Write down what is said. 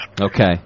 Okay